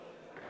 ?